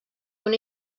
una